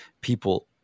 people